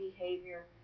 behavior